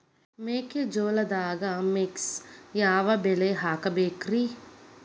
ಮೆಕ್ಕಿಜೋಳದಾಗಾ ಮಿಕ್ಸ್ ಯಾವ ಬೆಳಿ ಹಾಕಬೇಕ್ರಿ?